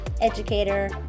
educator